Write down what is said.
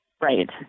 Right